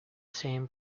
same